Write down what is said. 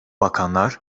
bakanlar